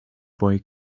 boy